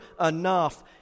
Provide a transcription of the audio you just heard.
enough